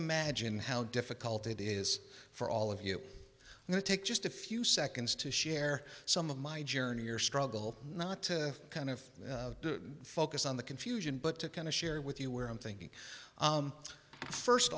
imagine how difficult it is for all of you now to take just a few seconds to share some of my journey your struggle not to kind of focus on the confusion but to kind of share with you where i'm thinking first